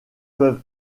peuvent